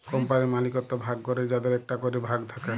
কম্পালির মালিকত্ব ভাগ ক্যরে যাদের একটা ক্যরে ভাগ থাক্যে